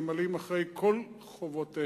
ממלאים אחרי כל חובותיהם,